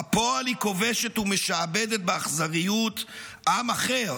בפועל היא כובשת ומשעבדת באכזריות עם אחר